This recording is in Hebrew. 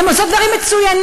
הן עושות דברים מצוינים,